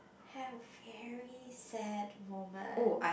have very sad moment